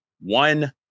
One